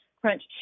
crunch